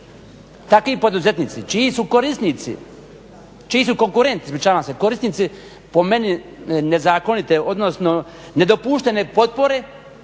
takvi poduzetnici čiji su korisnici, čiji su konkurenti, ispričavam se, korisnici po meni nezakonite, odnosno nedopuštene potpore